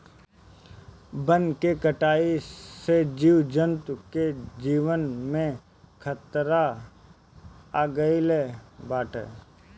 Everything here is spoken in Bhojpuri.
वन के कटाई से जीव जंतु के जीवन पे खतरा आगईल बाटे